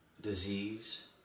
disease